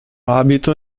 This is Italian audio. abito